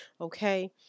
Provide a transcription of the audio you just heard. okay